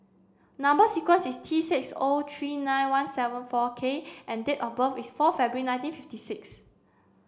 number sequence is T six O three nine one seven four K and date of birth is four February nineteen fifty six